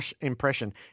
impression